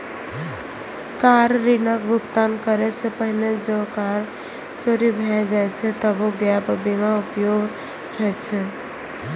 car ऋणक भुगतान करै सं पहिने जौं कार चोरी भए जाए छै, तबो गैप बीमा उपयोगी होइ छै